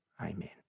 Amen